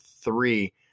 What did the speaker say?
three